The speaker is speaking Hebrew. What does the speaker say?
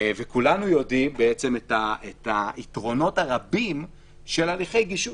כולנו יודעים בעצם את היתרונות הרבים של הליכי גישור,